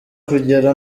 kugera